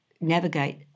navigate